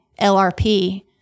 LRP